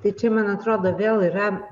tai čia man atrodo vėl yra